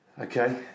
Okay